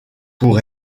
pour